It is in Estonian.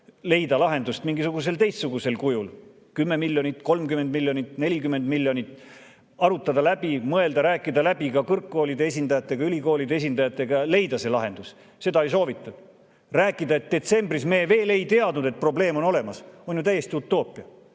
leida lahenduse mingil teistsugusel kujul, 10 miljonit, 30 miljonit, 40 miljonit. Arutada läbi, mõelda, rääkida läbi ka kõrgkoolide esindajatega, ülikoolide esindajatega ja leida see lahendus. Seda ei soovitud. Rääkida, et detsembris me veel ei teadnud, et probleem on olemas, on ju täiesti utoopia.